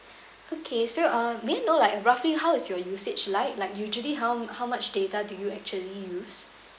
okay so uh may I know like roughly how is your usage like like usually how how much data do you actually use